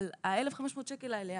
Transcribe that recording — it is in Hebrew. אבל ה-1,500 שקל האלה,